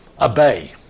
obey